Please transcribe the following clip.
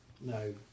No